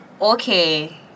okay